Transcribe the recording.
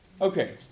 Okay